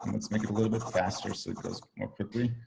let's make it a little bit faster, so close quickly,